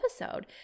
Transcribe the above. episode